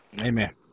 Amen